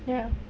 ya